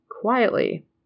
quietly